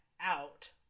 out